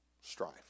strife